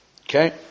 Okay